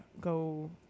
go